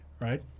right